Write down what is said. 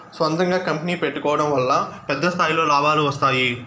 సొంతంగా కంపెనీ పెట్టుకోడం వల్ల పెద్ద స్థాయిలో లాభాలు వస్తాయి